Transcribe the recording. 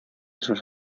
sus